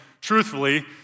truthfully